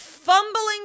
fumbling